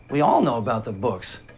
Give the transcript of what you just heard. we all know about the books.